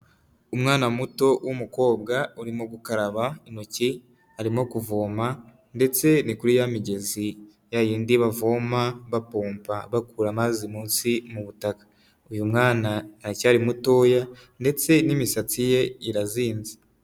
Umwana muto w'umukobwa urimo gukaraba intoki arimo kuvoma ndetse ni kuri ya migezi ya yindi bavoma bapomba bakura amazi munsi mu butaka uyu mwana aracyari mutoya ndetse n'imisatsi ye irazinze.